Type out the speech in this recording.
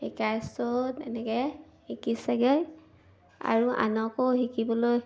শিকাইছোঁ এনেকৈ শিকি চাগৈ আৰু আনকো শিকিবলৈ